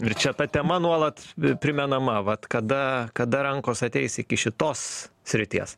ir čia ta tema nuolat primenama vat kada kada rankos ateis iki šitos srities